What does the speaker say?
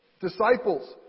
disciples